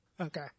Okay